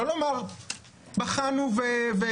זה לא לומר בחנו והעדפנו,